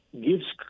gives